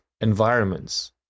environments